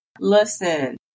listen